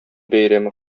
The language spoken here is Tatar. бәйрәме